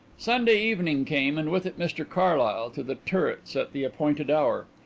sunday evening came, and with it mr carlyle to the turrets at the appointed hour.